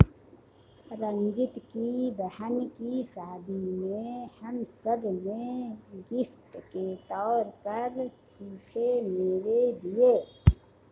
रंजीत की बहन की शादी में हम सब ने गिफ्ट के तौर पर सूखे मेवे दिए